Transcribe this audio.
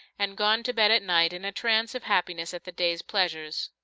and gone to bed at night in a trance of happiness at the day's pleasures.